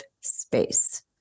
space